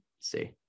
see